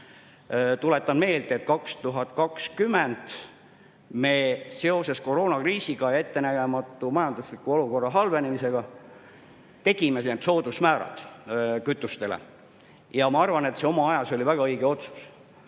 Tuletan meelde, et 2020 me seoses koroonakriisiga ja ettenägematu majandusliku olukorra halvenemise tõttu tegime need soodusmäärad kütustele. Ja ma arvan, et see oma ajas oli väga õige otsus.